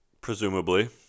Presumably